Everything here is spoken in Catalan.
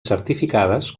certificades